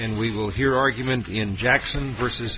and we will hear argument in jackson versus